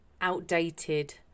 outdated